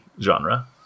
genre